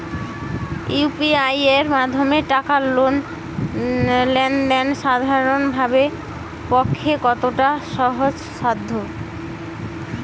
UPI এর মাধ্যমে টাকা লেন দেন সাধারনদের পক্ষে কতটা সহজসাধ্য?